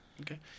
okay